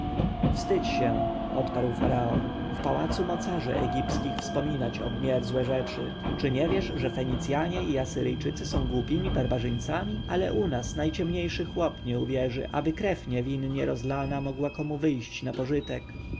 wstydź się odparł faraon w pałacu mocarzy egipskich wspominać obmierzłe rzeczy czy nie wiesz że fenicjanie i asyryjczycy są głupimi barbarzyńcami ale u nas najciemniejszy chłop nie uwierzy aby krew niewinnie rozlana mogła komu wyjść na pożytek